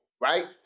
right